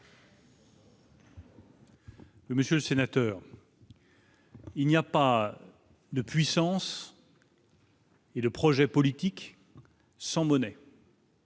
Monsieur le sénateur. Il n'y a pas de puissance. Et le projet politique sans monnaie.